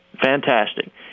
fantastic